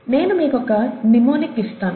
నేను మీకొక నిమోనిక్ ఇస్తాను